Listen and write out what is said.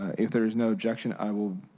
if there is no objection i will